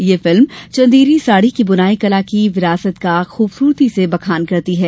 ये फिल्म चंदेरी साड़ी की बुनाई कला की विरासत का खूबसूरती से बखान करती है